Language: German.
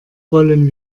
wollen